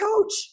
coach